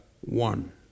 one